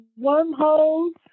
wormholes